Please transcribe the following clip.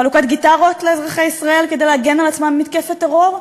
חלוקת גיטרות לאזרחי ישראל כדי להגן על עצמם ממתקפת טרור?